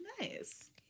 nice